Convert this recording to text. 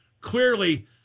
clearly